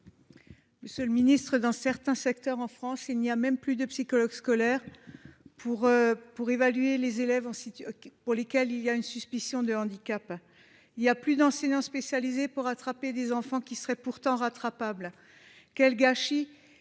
Monsieur le Ministre, dans certains secteurs en France il n'y a même plus de psychologues scolaires pour, pour évaluer les élèves en situation pour lesquels il y a une suspicion de handicap. Il y a plus d'enseignants spécialisés pour attraper des enfants qui serait pourtant rattrapable. Quel gâchis.